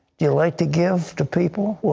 do you like to give to people?